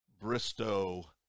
Bristow